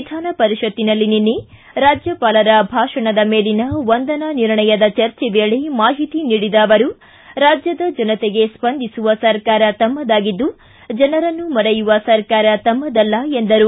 ವಿಧಾನಪರಿಷತ್ನಲ್ಲಿ ನಿನ್ನ ರಾಜ್ಯಪಾಲರ ಭಾಷಣದ ಮೇಲಿನ ವಂದನಾ ನಿರ್ಣಯದ ಚರ್ಚೆ ವೇಳೆ ಮಾಹಿತಿ ನೀಡಿದ ಅವರು ರಾಜ್ಯದ ಜನತೆಗೆ ಸ್ಪಂದಿಸುವ ಸರ್ಕಾರ ತಮ್ಮದಾಗಿದ್ದು ಜನರನ್ನು ಮರೆಯುವ ಸರ್ಕಾರ ತಮ್ಮದಲ್ಲ ಎಂದರು